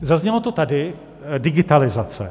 Zaznělo to tady digitalizace.